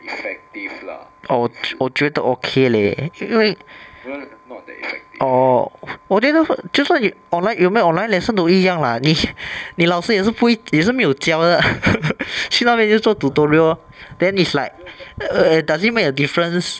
oh 我我觉得都 okay leh 因为 orh 就算有有没有 online lesson 都一样 lah 你你老师也是不会也是没有教的去那边就做 tutorial lor then it's like err does it make a difference